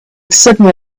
suddenly